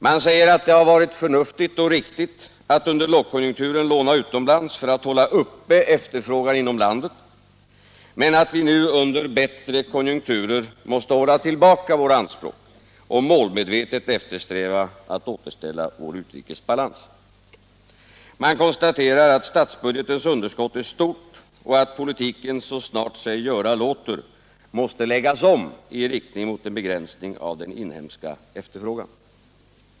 Man säger att det varit förnuftigt och riktigt att under lågkonjunkturen låna utomlands för att hålla uppe efterfrågan inom landet men att vi nu under bättre konjunkturer måste hålla tillbaka våra anspråk och målmedvetet eftersträva att återställa vår utrikesbalans. Man konstaterar att statsbudgetens underskott är stort och att politiken så snart sig göra låter måste läggas om i riktning mot en begränsning av den inhemska efterfrågan.